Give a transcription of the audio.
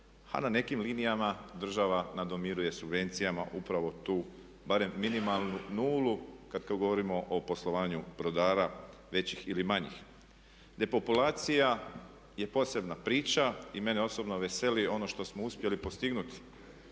a na nekim linijama država nadomiruje subvencijama upravo tu barem minimalnu nulu kad govorimo o poslovanju brodara većih ili manjih. Depopulacija je posebna priča i mene osobno veseli ono što smo uspjeli postignut